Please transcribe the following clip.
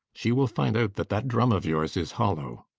she will find out that that drum of yours is hollow.